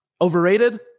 Overrated